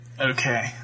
Okay